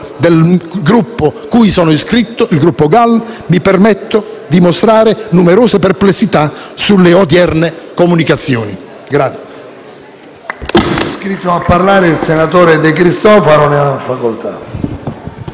del Gruppo cui sono iscritto, il Gruppo GAL, mi permetto di mostrare numerose perplessità sulle odierne comunicazioni.